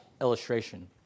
illustration